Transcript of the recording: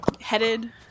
headed